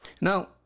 Now